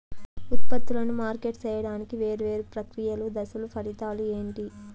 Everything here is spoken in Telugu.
ఉత్పత్తులను మార్కెట్ సేయడానికి వేరువేరు ప్రక్రియలు దశలు ఫలితాలు ఏంటి?